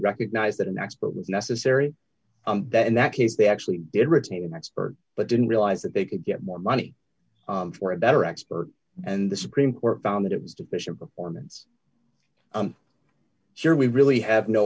recognized that an expert was necessary that in that case they actually did retain an expert but didn't realize that they could get more money for a better expert and the supreme court found that it was deficient performance i'm sure we really have no